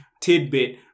tidbit